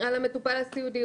על המטופל הסעודי,